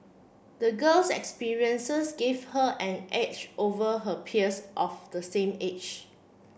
the girl's experiences gave her an edge over her peers of the same age